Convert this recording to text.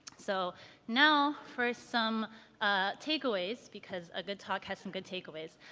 so now for some ah take aways, because a good talk has some good take aways.